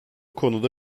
konuda